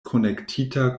konektita